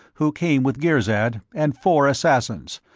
who came with girzad, and four assassins,